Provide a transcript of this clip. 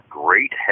great